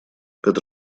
петр